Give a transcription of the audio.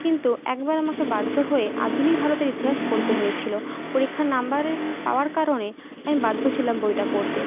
কিন্তু একবার আমাকে বাধ্য হয়ে আধুনিক ভারতের ইতিহাস পড়তে হয়েছিল পরীক্ষার নাম্বারের পাওয়ার কারণে আমি বাধ্য ছিলাম বইটা পড়তে